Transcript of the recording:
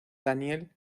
daniel